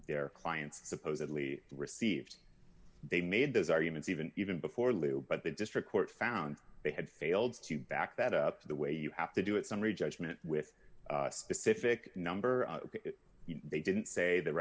their clients supposedly received they made those arguments even even before lou but the district court found they had failed to back that up to the way you have to do it summary judgment with a specific number they didn't say the